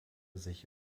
sich